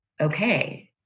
okay